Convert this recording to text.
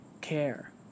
care